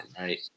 right